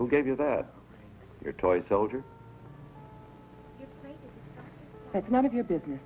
who gave you that your toy soldier that's none of your business